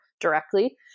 directly